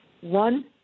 one